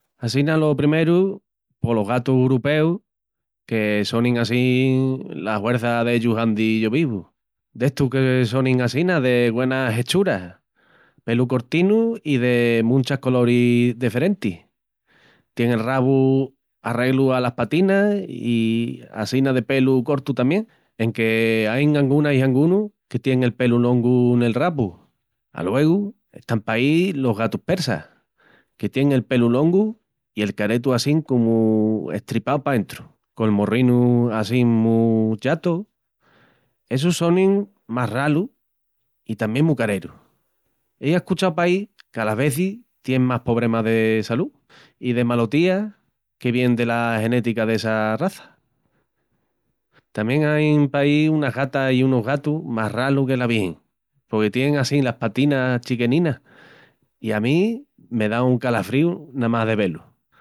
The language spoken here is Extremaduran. Assina alo primeru polos gatus uropeus que sonin assín la huerça dellus andi yo vivu, d'estus que sonin assina de güenas hechuras, pelu cortinu i de munchas coloris deferentis. Tién el rabu arreglu alas patinas i assina de pelu cortu tamién, enque áin angunas i angunus que tién el pelu longu nel rabu. Aluegu están paí los gatus persas, que tién el pelu longu i el caretu assín comu estripau paentru, col morrinu assín mu chatu. Essus sonin mas ralus i tamién mu carerus. Ei ascuchau paí que alas vezis tién mas pobremas de salú i de malotias que vien dela genética dessa raza. Tamién áin paí unas gatas i unus gatus mas ralus que la vigin, porque tienin assín las patinas chiqueninas i a mi me da un calafríu namás de vé-lus.